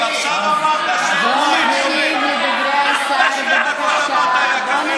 אבל עכשיו אמרת, בואו נקשיב לדברי השר, בבקשה.